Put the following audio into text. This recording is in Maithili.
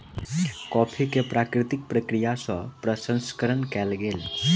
कॉफ़ी के प्राकृतिक प्रक्रिया सँ प्रसंस्करण कयल गेल